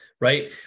right